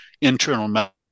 internal